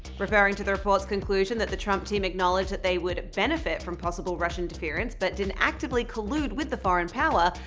referring to the report's conclusion that the trump team acknowledged that they would benefit from possible russian interference but didn't actively collude with the foreign power,